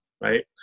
right